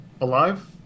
alive